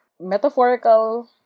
metaphorical